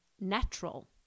natural